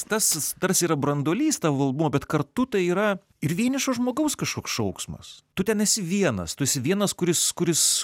tas tarsi yra branduolys tavo albumo bet kartu tai yra ir vienišo žmogaus kažkoks šauksmas tu ten esi vienas tu esi vienas kuris